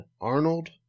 Arnold